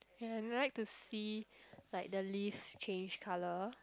and I'd like to see the like the leaves change colour